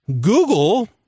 Google